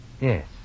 Yes